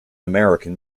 american